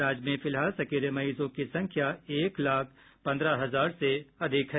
राज्य में फिलहाल सक्रिय मरीजों की संख्या एक लाख पन्द्रह हजार से अधिक है